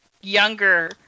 younger